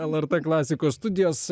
lrt klasikos studijos